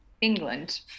England